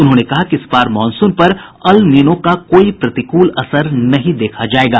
उन्होंने कहा कि इस बार मॉनसून पर अलनीनो का कोई प्रतिकूल असर नहीं देखा जायेगा